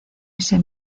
ese